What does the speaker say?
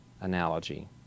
analogy